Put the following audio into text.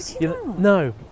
No